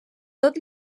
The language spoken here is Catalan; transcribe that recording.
tot